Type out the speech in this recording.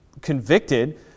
convicted